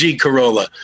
Corolla